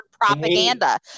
propaganda